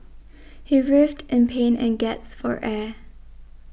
he writhed in pain and gasped for air